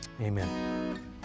Amen